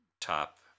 top